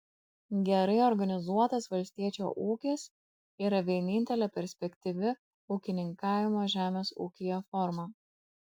gerai organizuotas valstiečio ūkis yra vienintelė perspektyvi ūkininkavimo žemės ūkyje forma